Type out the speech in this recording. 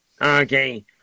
Okay